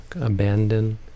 abandon